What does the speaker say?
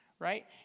Right